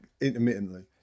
Intermittently